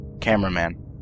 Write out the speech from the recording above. Cameraman